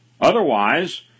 Otherwise